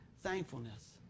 Thankfulness